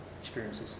experiences